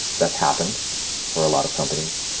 that's happened for a lot of companies.